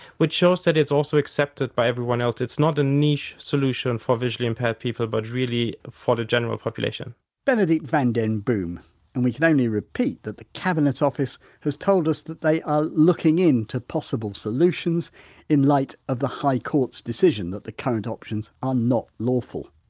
which shows that it's also accepted by everyone else, it's not a niche solution for visually impaired people but really for the general population benedikt van den boom and we can only repeat that the cabinet office has told us that they are looking in to possible solutions in light of the high court's decision that the current options are not lawful